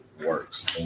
works